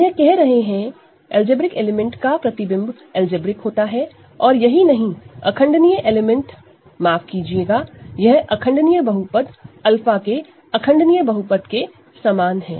हम यह कह रहे हैं अलजेब्रिक एलिमेंट की इमेज अलजेब्रिक होता है और यही नहीं इररेडूसिबल एलिमेंट माफ कीजिएगा यह इररेडूसिबल पॉलीनॉमिनल 𝛂 के इररेडूसिबल पॉलीनॉमिनल के समान है